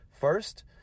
First